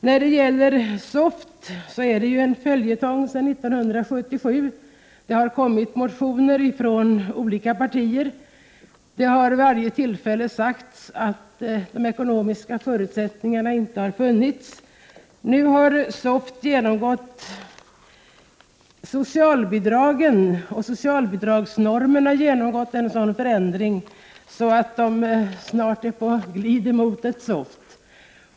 Frågan om ett SOFT är en följetong sedan 1977. Det har väckts motioner i frågan från olika partier, och det har vid varje sådan tillfälle sagts att de ekonomiska förutsättningarna för ett SOFT inte har funnits. Socialbidragsnormerna har nu genomgått en sådan förändring att de börjar likna ett SOFT.